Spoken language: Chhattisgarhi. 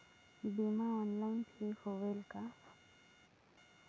बीमा ऑनलाइन भी होयल का?